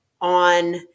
on